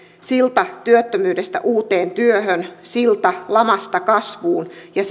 sillan työttömyydestä uuteen työhön sillan lamasta kasvuun ja